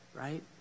right